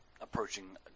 approaching